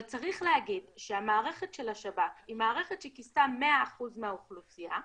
אבל צריך להגיד שהמערכת של השב"כ היא מערכת שכיסתה 100% מהאוכלוסייה.